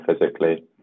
physically